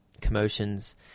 Commotions